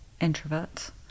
introverts